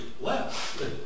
left